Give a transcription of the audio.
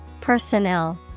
Personnel